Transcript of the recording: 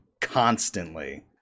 constantly